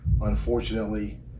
unfortunately